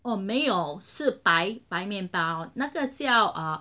哦没有是白白面包那个叫啊